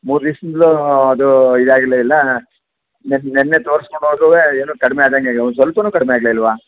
ಮೂರು ದಿವಸದಿಂದಲೂ ಅದು ಇದಾಗಲೆ ಇಲ್ಲ ಹಾಂ ನೆನ್ನೆ ನೆನ್ನೆ ತೋರಿಸ್ಕೊಂಡು ಹೋದ್ರೂ ಏನೂ ಕಡಿಮೆ ಆದಂಗೆ ಒಂದು ಕಡಿಮೆಆಗಲೇಯಿಲ್ವ